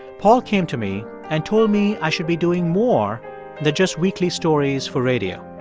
paul came to me and told me i should be doing more than just weekly stories for radio.